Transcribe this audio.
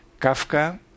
Kafka